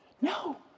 No